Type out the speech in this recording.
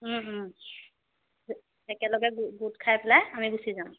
একেলগে গো গোট খাই পেলাই আমি গুচি যাম